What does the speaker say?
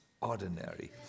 ordinary